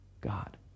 God